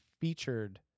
featured